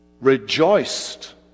rejoiced